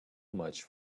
much